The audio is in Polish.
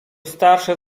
starsze